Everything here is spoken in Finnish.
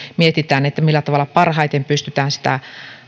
mietitään millä tavalla parhaiten pystytään sitä